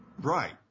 Right